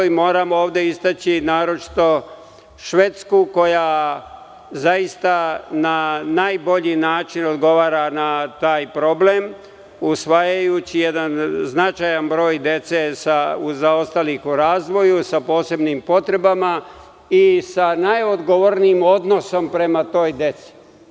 Moramo ovde naročito istaći Švedsku, koja na najbolji odgovara na taj problem, usvajajući jedan značajan broj dece ometenih u razvoju, sa posebnim potrebama i sa najodgovornijim odnosom prema toj deci.